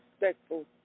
respectful